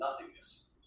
nothingness